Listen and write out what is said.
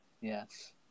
Yes